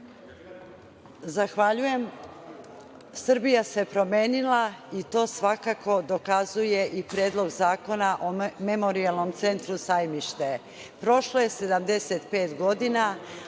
Zahvaljujem. Srbija se promenila i to svakako dokazuje i Predlog zakona o Memorijalnom centru „Staro sajmište“. Prošlo je 75 godina,